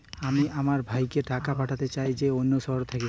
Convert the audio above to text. আমি আমার ভাইকে টাকা পাঠাতে চাই যে অন্য শহরে থাকে